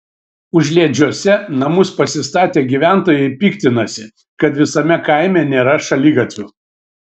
užliedžiuose namus pasistatę gyventojai piktinasi kad visame kaime nėra šaligatvių